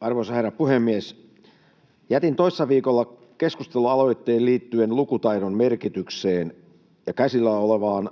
Arvoisa herra puhemies! Jätin toissa viikolla keskustelualoitteen liittyen lukutaidon merkitykseen ja käsillä olevaan